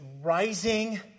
rising